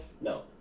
No